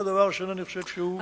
זה דבר שאינני חושב שהוא ריאלי.